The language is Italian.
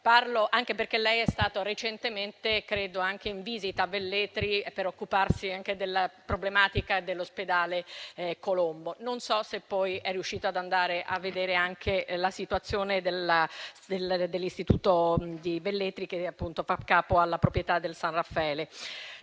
E ricordo che lei è stato recentemente in visita a Velletri, per occuparsi della problematica dell'ospedale Colombo. Non so se poi è riuscito ad andare a vedere anche la situazione dell'istituto di Velletri che fa capo alla proprietà del San Raffaele.